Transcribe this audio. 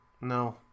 No